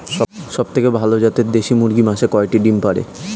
সবথেকে ভালো জাতের দেশি মুরগি মাসে কয়টি ডিম পাড়ে?